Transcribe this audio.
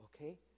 okay